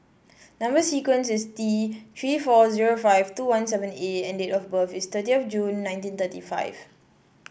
number sequence is T Three four zero five two one seven A and date of birth is thirty of June nineteen thirty five